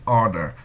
order